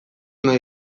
nahi